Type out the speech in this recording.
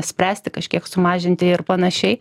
spręsti kažkiek sumažinti ir panašiai